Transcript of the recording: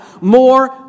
more